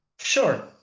Sure